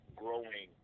growing